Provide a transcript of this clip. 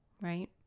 Right